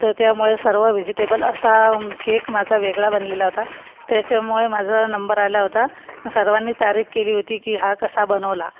तर त्यामुळे सर्व व्हिजीटेबल असा केक माझा वेगळा बनलेला होता त्याच्यामुळे माझं नंबर आला होता सर्वांनी तारीफ केली होती की हा कसा बनवला